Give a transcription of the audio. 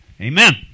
Amen